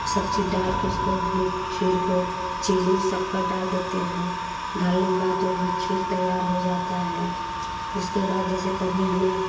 सब चीज़ डाल कर उसको भी खीर को चीनी शक्कर डाल देते हैं डालने के बाद वह भी खीर तैयार हो जाती है उसके बाद जैसे कभी हमें